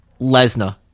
Lesnar